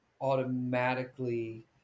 automatically